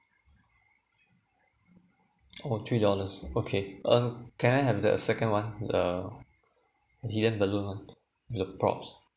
oh three dollars okay um can I have the second one the helium balloon one the props